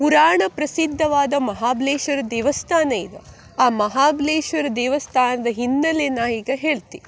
ಪುರಾಣ ಪ್ರಸಿದ್ಧವಾದ ಮಹಾಬಲೇಶ್ವರ ದೇವಸ್ಥಾನ ಇದೆ ಆ ಮಹಾಬಲೇಶ್ವರ ದೇವಸ್ಥಾನದ ಹಿನ್ನಲೆ ನಾ ಈಗ ಹೇಳ್ತಿ